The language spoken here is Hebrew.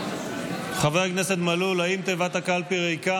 חבר הכנסת מלול, בדוק היטב שתיבת הקלפי ריקה